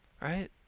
right